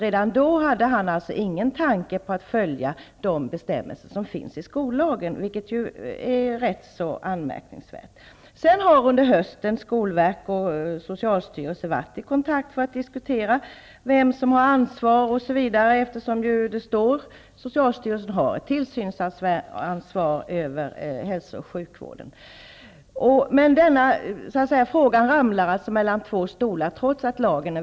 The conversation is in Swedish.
Inte ens då hade han någon tanke på att följa de bestämmelser som är angivna i skollagen, vilket är rätt anmärkningsvärt. Under hösten har skolverket och socialstyrelsen varit i kontakt med varandra för att diskutera vem som skall ha ansvaret. Socialstyrelsen skall ju ha ett tillsynsansvar över hälso och sjukvården. Trots att lagen är tydlig ramlar frågan mellan två stolar.